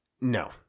No